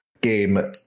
game